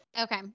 Okay